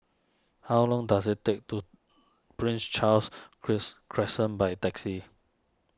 how long does it take to Prince Charles cress Crescent by taxi